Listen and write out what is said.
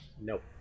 Nope